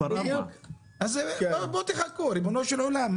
מס' 4. תחכו, ריבונו של עולם.